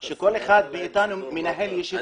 כל אחד מאתנו מנהל ישיבה.